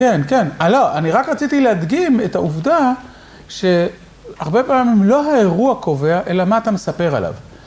כן, כן, אני רק רציתי להדגים את העובדה שהרבה פעמים לא האירוע קובע, אלא מה אתה מספר עליו.